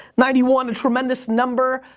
ninety one, a tremendous number.